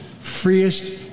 freest